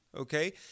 okay